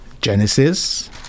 Genesis